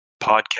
podcast